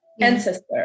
ancestor